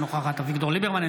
אינה נוכחת אביגדור ליברמן,